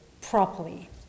properly